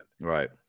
Right